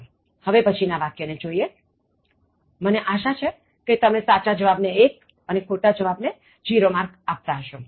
ચાલોહવે પછીના વાક્ય ને જોઇએમને આશા છે કે તમે સાચા જવાબને 1 અને ખોટા જવાબને 0 માર્ક આપતા હશો